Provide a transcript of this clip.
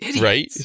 Right